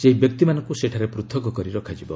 ସେହି ବ୍ୟକ୍ତିମାନଙ୍କୁ ସେଠାରେ ପୃଥକ କରି ରଖାଯିବ